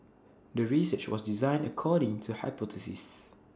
the research was designed according to hypothesis